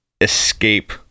escape